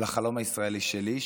על החלום הישראלי שלי,